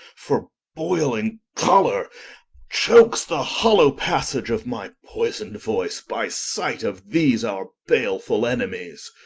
for boyling choller chokes the hollow passage of my poyson'd voyce, by sight of these our balefull enemies